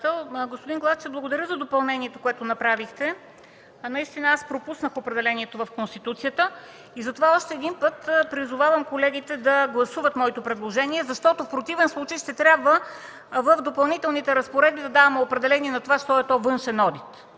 Господин Главчев, благодаря за допълнението, което направихте. Наистина аз пропуснах определението в Конституцията. Затова още един път призовавам колегите да гласуват моето предложение, защото в противен случай ще трябва в Допълнителните разпоредби да даваме определение що е това „външен одит”.